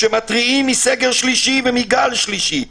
הם מתריעים מסגר שלישי ומגל שלישי.